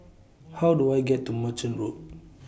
How Do I get to Merchant Road